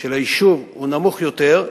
של היישוב, נמוך יותר,